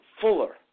fuller